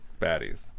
baddies